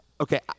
okay